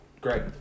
great